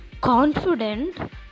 confident